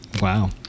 Wow